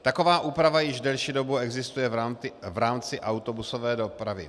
Taková úprava již delší dobu existuje v rámci autobusové dopravy.